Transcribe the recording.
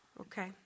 Okay